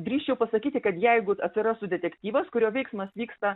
drįsčiau pasakyti kad jeigu atsirastų detektyvas kurio veiksmas vyksta